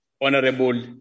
Honorable